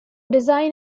design